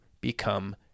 become